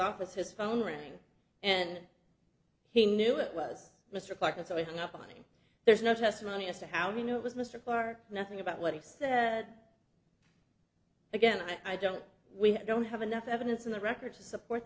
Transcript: office his phone rang and he knew it was mr clarke and so we hung up on him there's no testimony as to how he knew it was mr clarke nothing about what he said again i don't we don't have enough evidence in the record to support